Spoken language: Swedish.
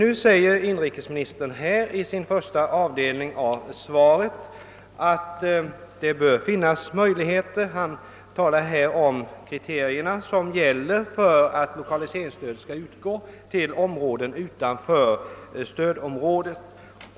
Inrikesministern säger i den första avdelningen av svaret att det bör finnas möjligheter att ge lokaliseringsstöd. Han talar där om de kriterier som gäller för att lokaliseringsstöd skall utgå till områden utanför stödområde.